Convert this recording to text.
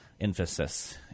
emphasis